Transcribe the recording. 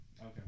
Okay